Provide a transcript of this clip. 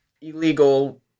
illegal